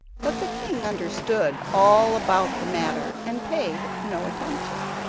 but the king understood all about the matter and paid no attention.